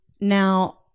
Now